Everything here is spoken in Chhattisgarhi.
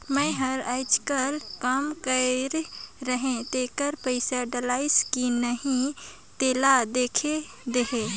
मै हर अईचकायल काम कइर रहें तेकर पइसा डलाईस कि नहीं तेला देख देहे?